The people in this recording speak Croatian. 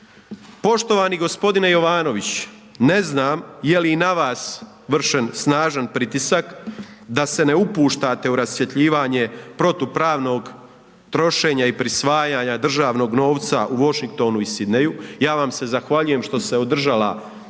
Poštovani g. Jovanović, ne znam, je li i na vas vršen snažan pritisak, da se ne opuštate u rasvjetljivanje protupravnog trošenja i prisvajanja državnog novca u Washingtonu i Sidneyu ja vam se zahvaljujem što se održala ta